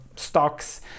stocks